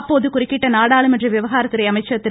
அப்போது குறுக்கிட்ட நாடாளுமன்ற விவகாரத்துறை அமைச்சர் திரு